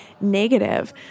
negative